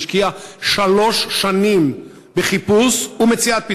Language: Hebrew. שהשקיע שלוש שנים בחיפוש ומציאת פתרון,